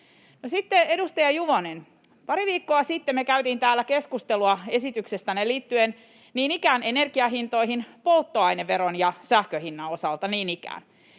sitten, edustaja Juvonen: Pari viikkoa sitten me käytiin täällä keskustelua esityksestänne liittyen niin ikään energiahintoihin polttoaineveron ja sähkön hinnan osalta.